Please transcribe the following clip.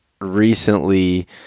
recently